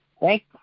Thank